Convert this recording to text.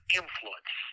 influence